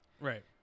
right